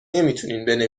نمیتونین